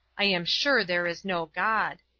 i am sure there is no god.